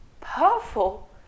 powerful